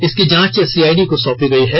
इसकी जांच सीआईडी को सौंपी गयी है